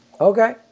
okay